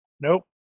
Nope